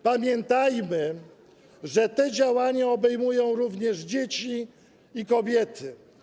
Pamiętajmy, że te działania obejmują również dzieci i kobiety.